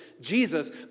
Jesus